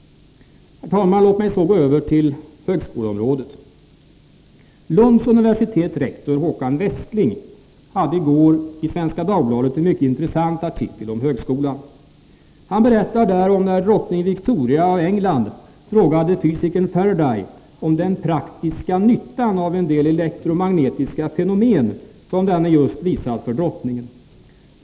Herr talman! Låt mig så gå över till högskoleområdet. Lunds universitets rektor, Håkan Westling, hade i går i Svenska Dagbladet en mycket intressant artikel om högskolan. Han berättar där om när drottning Victoria av England frågade fysikern Faraday om den praktiska nyttan av en del elektromagnetiska fenomen som denne just visat för drottningen.